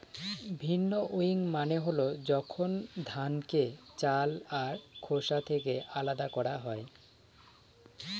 ভিন্নউইং মানে হল যখন ধানকে চাল আর খোসা থেকে আলাদা করা হয়